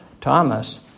Thomas